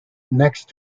next